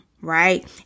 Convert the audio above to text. right